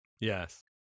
Yes